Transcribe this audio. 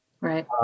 Right